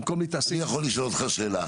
במקום להתעסק --- אני יכול לשאול אותך שאלה.